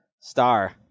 Star